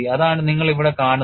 അതാണ് നിങ്ങൾ ഇവിടെ കാണുന്നത്